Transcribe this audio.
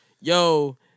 yo